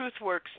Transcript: TruthWorks